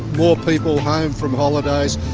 more people home from holidays,